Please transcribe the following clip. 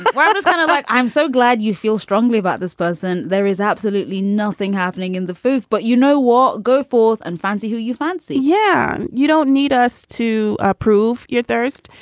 but it's kind of like, i'm so glad you feel strongly about this person. there is absolutely nothing happening in the food. but you know what? goforth and fancy who you fancy? yeah. and you don't need us to ah prove your thirst.